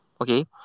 Okay